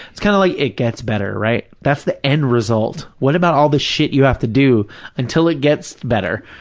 it's kind of like, it gets better, right? that's the end result. what about all the shit you have to do until it gets better?